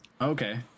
Okay